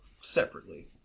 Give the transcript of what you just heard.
separately